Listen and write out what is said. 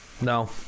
No